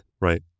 Right